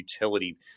utility